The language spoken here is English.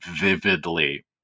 vividly